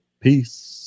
peace